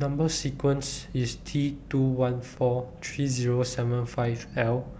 Number sequence IS T two one four three Zero seven five L